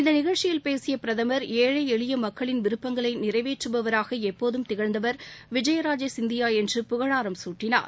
இந்த நிகழ்ச்சியில் பேசிய பிரதமர் ஏழை எளிய மக்களின் விருப்பங்களை நிறைவேற்றபவராக எப்போதும் திகழ்ந்தவர் விஜயராஜே சிந்தியா என்று புகழாரம் சூட்டினார்